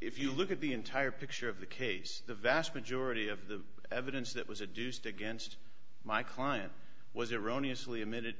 if you look at the entire picture of the case the vast majority of the evidence that was a deuced against my client was erroneously admitted